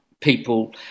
people